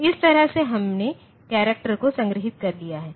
तो इस तरह से हमने करैक्टर को संग्रहीत कर लिया है